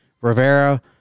Rivera